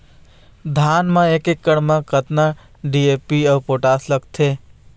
धान म एक एकड़ म कतका डी.ए.पी अऊ पोटास लगथे?